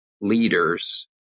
Leaders